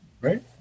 Right